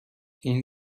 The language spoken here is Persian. این